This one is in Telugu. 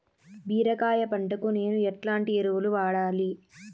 బీరకాయ పంటకు నేను ఎట్లాంటి ఎరువులు వాడాలి?